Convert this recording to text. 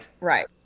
Right